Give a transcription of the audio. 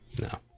No